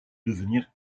devenir